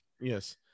yes